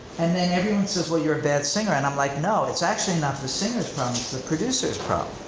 and then everyone says well you're a bad singer. and i'm like no, it's actually not the singer's problem. it's the producer's problem,